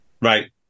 Right